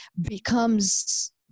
becomes